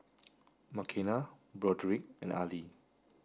Makenna Broderick and Ali